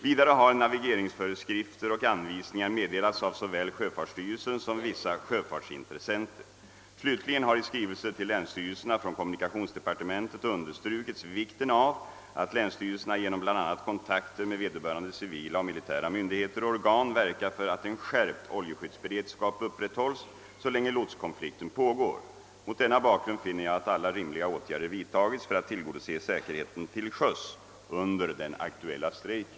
Vidare har navigeringsföreskrifter och anvisningar meddelats av såväl sjöfartsstyrelsen som vissa sjöfartsintressenter. Slutligen har i skrivelse till länsstyrelserna från kommunikationsdepartementet understrukits vikten av att länsstyrelserna, genom bl.a. kontakter med vederbörande civila och militära myndigheter och organ, verkar för att en skärpt oljeskyddsberedskap upprätthålls så länge lotskonflikten pågår. Mot denna bakgrund finner jag att alla rimliga åtgärder vidtagits för att tillgodose säkerheten till sjöss under den aktuella strejken.